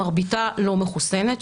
מרביתה לא מחוסנת,